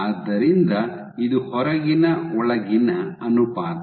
ಆದ್ದರಿಂದ ಇದು ಹೊರಗಿನ ಒಳಗಿನ ಅನುಪಾತ